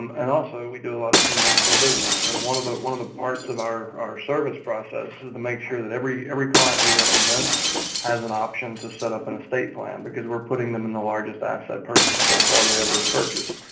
um and also we do a lot of conventional business and one of the one of the parts of our our service process is to make sure that every every client we represent has an option to set up an estate plan because we're putting them in the largest asset purchase they'll probably ever purchase.